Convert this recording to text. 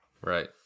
right